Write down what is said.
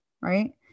right